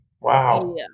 Wow